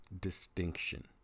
distinction